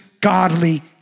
godly